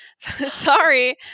Sorry